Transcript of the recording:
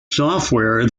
software